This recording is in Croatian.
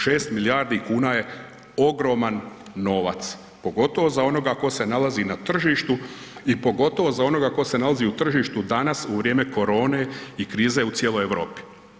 6 milijardi kuna je ogroman novac pogotovo za onoga ko se nalazi na tržištu i pogotovo za onoga ko se nalazi u tržištu danas u vrijeme korone i krize u cijeloj Europi.